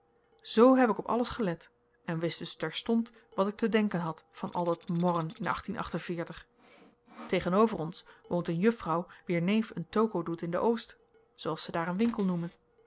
z heb ik op alles gelet en wist dus terstond wat ik te denken had van al dat morren in tegenover ons woont een juffrouw wier neef een toko doet in de oost zooals ze daar een winkel noemen